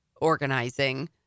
organizing